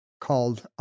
called